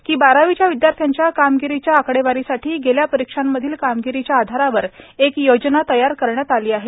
की बारावीच्या विदयार्थ्याच्या कामगिरीच्या आकडेवारीसाठी गेल्या परीक्षांमधील कामगिरीच्या आधारावर एक योजना तयार केली गेली आहे